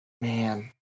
man